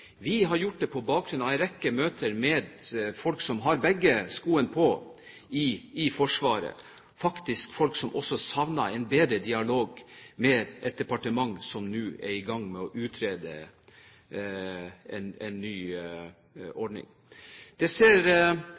Vi har fremmet det på bakgrunn av en rekke møter med folk i Forsvaret som har begge skoene på, faktisk folk som også savner en bedre dialog med et departement som nå er i gang med å utrede en ny ordning. Det ser